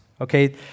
Okay